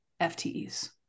FTEs